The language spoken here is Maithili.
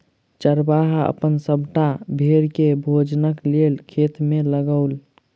चरवाहा अपन सभटा भेड़ के भोजनक लेल खेत में लअ गेल